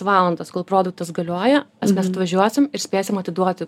valandas kol produktas galioja nes mes atvažiuosim ir spėsim atiduoti